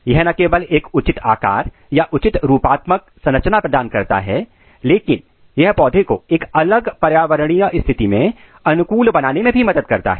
यह न केवल एक उचित आकार या उचित रूपात्मक संरचना प्रदान करता है लेकिन यह पौधे को एक अलग पर्यावरणीय स्थिति में अनुकूल बनाने में भी मदद करता है